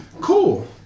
cool